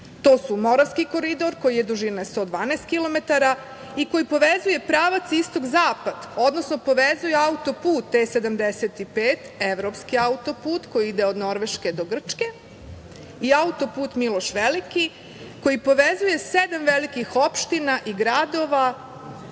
To su: Moravski koridor, koji je dužine 112 km i koji povezuje pravac istok-zapad, odnosno povezuje autoput E-75, evropski autoput, koji ide od Norveške do Grčke i autoput „Miloš Veliki“, koji povezuje sedam velikih opština i gradova